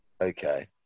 Okay